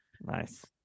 Nice